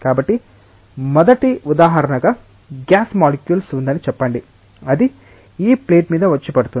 కాబట్టి మొదటి ఉదాహరణగా గ్యాస్ మాలిక్యుల్ ఉందని చెప్పండి అది ఈ ప్లేట్ మీద వచ్చి పడుతోంది